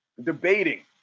debating